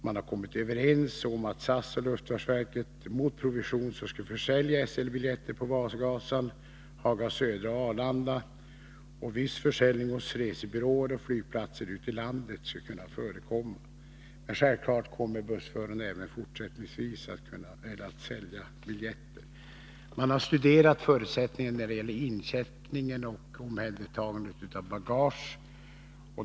Man har kommit överens om att SAS och luftfartsverket mot provision skall försälja SL-biljetter på Vasagatan, Haga södra och Arlanda, och viss försäljning på resebyråer och flygplatser ute i landet skall också kunna förekomma. Men självfallet kommer bussförarna även fortsättningsvis att sälja biljetter. Man har studerat förutsättningar när det gäller incheckningen och omhändertagandet av bagage.